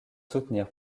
soutenir